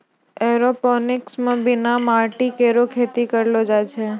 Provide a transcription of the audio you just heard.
aeroponics म बिना माटी केरो खेती करलो जाय छै